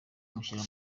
mushyira